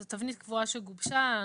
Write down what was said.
זו תבנית קובעה שגובשה.